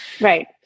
Right